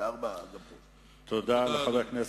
תודה רבה.